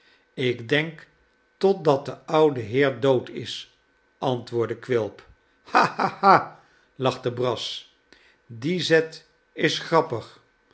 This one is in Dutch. ik denk totdat de oude heer dood is antwoordde quilp ha ha ha lachte brass die zetisgrappig